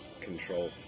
control